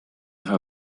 her